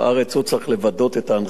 הוא צריך לוודא את קיום ההנחיות,